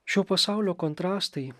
šio pasaulio kontrastai